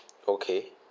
okay